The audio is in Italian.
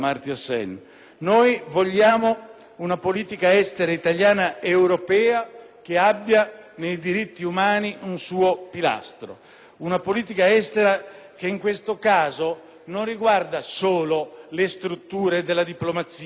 Noi vogliamo una politica estera italiana ed europea che abbia nei diritti umani un suo pilastro, una politica estera che in questo caso non riguarda solo le strutture della diplomazia, ma